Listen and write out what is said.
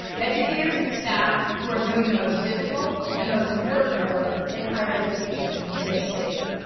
educators and staff, who are doing the most difficult, and most important work in higher education in this state.